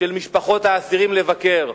של משפחות האסירים לבקר.